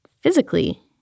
physically